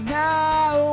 now